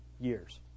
years